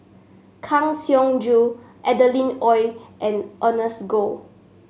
Kang Siong Joo Adeline Ooi and Ernest Goh